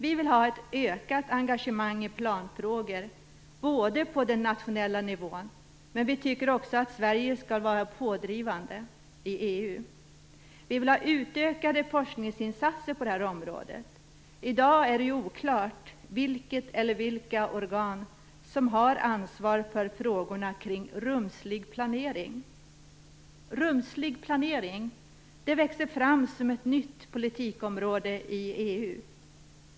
Vi vill ha ett ökat engagemang i planfrågor på den nationella nivån, men vi tycker också att Sverige skall vara pådrivande i EU. Vi vill ha utökade forskningsinsatser på det här området. I dag är det oklart vilket eller vilka organ som har ansvaret för frågor som gäller rumslig planering. Rumslig planering växer fram som ett nytt politikområde i EU.